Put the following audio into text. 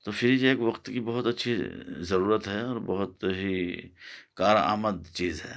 تو فریج ایک وقت بہت اچھی ضرورت ہے اور بہت ہی کارآمد چیز ہے